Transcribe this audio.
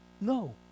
No